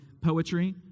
poetry